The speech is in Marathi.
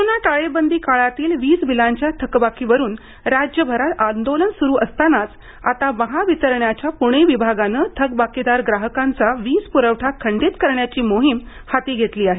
कोरोना टाळेबंदी काळातील वीजबिलांच्या थकबाकीवरून राज्यभरात आंदोलन सुरू असतानाच आता महावितरणच्या प्णे विभागानं थकबाकीदार ग्राहकांचा वीज प्रवठा खंडित करण्याची मोहीम हाती घेतली आहे